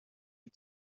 you